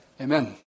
amen